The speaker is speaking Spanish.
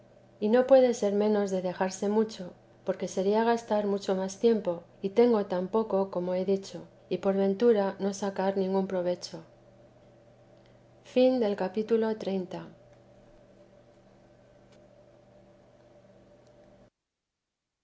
y no puede ser menos de dejarse mucho porque sería gastar mucho más tiempo y tengo tan poco como he dicho y por ventura no sacar ningún provecho capítulo